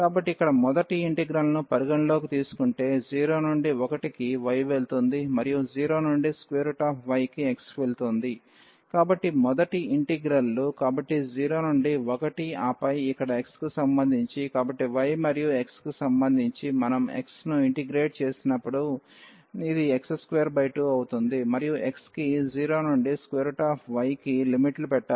కాబట్టి ఇక్కడ మొదటి ఇంటిగ్రల్ను పరిగణనలోకి తీసుకుంటే 0 నుండి 1 కి y వెళుతుంది మరియు 0 నుండి y కి x వెళుతుంది కాబట్టి మొదటి ఇంటిగ్రల్ లు కాబట్టి 0 నుండి 1 ఆపై ఇక్కడ x కి సంబంధించి కాబట్టి y మరియు x కి సంబంధించి మనం x ను ఇంటిగ్రేట్ చేసినప్పుడు ఇది x22 అవుతుంది మరియు x కి 0 నుండి y కి లిమిట్లు పెట్టాలి